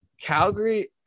Calgary –